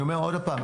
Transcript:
אני אומר עוד פעם,